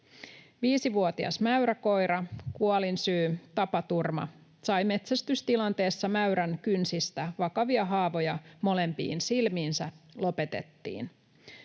5-vuotias mäyräkoira, kuolinsyy tapaturma, sai metsästystilanteessa mäyrän kynsistä vakavia haavoja molempiin silmiinsä, lopetettiin.